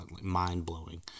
mind-blowing